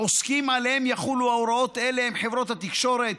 העוסקים שעליהם יחולו הוראות אלה הם חברות התקשורת,